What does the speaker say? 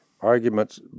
arguments